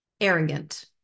arrogant